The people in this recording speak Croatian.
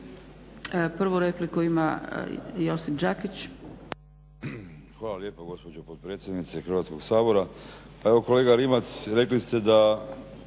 Prvu repliku ima Josip Đakić.